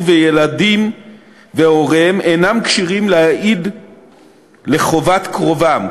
וילדים והוריהם אינם כשרים להעיד לחובת קרובם,